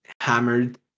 hammered